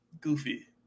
goofy